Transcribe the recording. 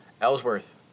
Ellsworth